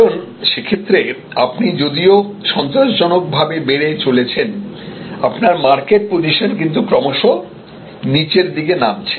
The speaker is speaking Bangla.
কারণ সেক্ষেত্রে আপনি যদিও সন্তোষজনকভাবে বেড়ে চলেছেন আপনার মার্কেট পজিশন কিন্তু ক্রমশ নিচের দিকে নামছে